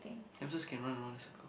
hamsters can run around the circle